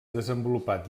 desenvolupat